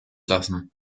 lassen